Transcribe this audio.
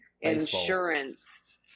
insurance